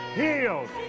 healed